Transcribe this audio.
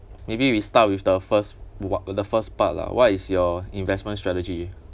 maybe we start with the first one w~ the first part lah what is your investment strategy